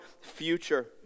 future